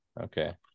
Okay